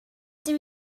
dydw